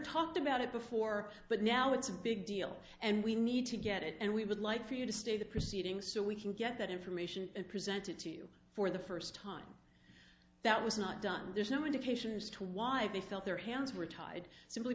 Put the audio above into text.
talked about it before but now it's a big deal and we need to get it and we would like for you to stay the proceedings so we can get that information presented to you for the first time that was not done there's no indication as to why they felt their hands were tied simply